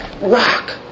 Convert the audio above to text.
Rock